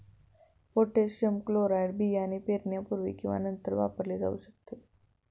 potassium chloride बियाणे पेरण्यापूर्वी किंवा नंतर वापरले जाऊ शकते